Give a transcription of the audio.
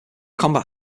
combat